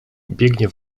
biegnie